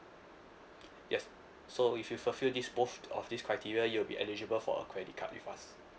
yes so if you fulfill these both of this criteria you'll be eligible for a credit card with us